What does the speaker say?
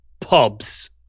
pubs